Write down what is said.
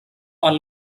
are